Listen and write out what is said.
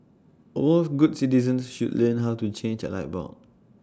all good citizens should learn how to change A light bulb